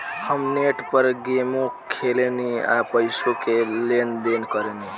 हम नेट पर गेमो खेलेनी आ पइसो के लेन देन करेनी